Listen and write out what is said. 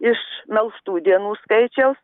iš melžtų dienų skaičiaus